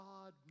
God